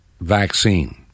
vaccine